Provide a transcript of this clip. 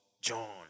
John